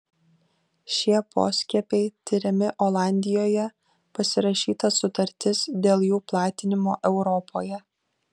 šie poskiepiai tiriami olandijoje pasirašyta sutartis dėl jų platinimo europoje